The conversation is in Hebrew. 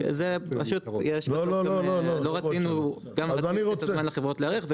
גם רצינו לתת את הזמן לחברות להיערך,